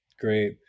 Great